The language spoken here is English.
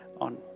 on